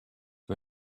who